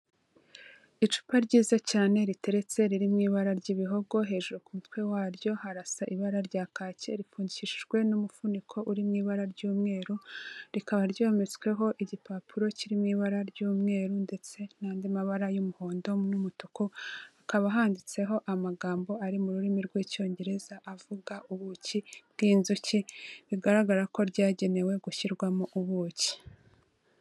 Icupa ryiza cyane riteretse, riri mu ibara ry'ibihogo, hejuru ku mutwe waryo harasa ibara rya kake, ripfundikishijwe n'umufuniko uri mu ibara ry'umweru, rikaba ryometsweho igipapuro kiri mu ibara ry'umweru ndetse n'andi mabara y'umuhondo n'umutuku, hakaba handitseho amagambo ari mu rurimi rw'icyongereza avuga ubuki bw'inzuki bigaragara ko ryagenewe gushyirwamo ubuki.